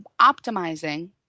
optimizing